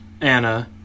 Anna